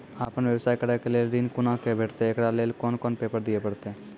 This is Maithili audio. आपन व्यवसाय करै के लेल ऋण कुना के भेंटते एकरा लेल कौन कौन पेपर दिए परतै?